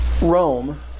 Rome